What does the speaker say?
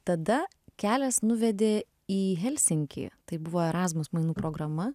tada kelias nuvedė į helsinkį tai buvo erasmus mainų programa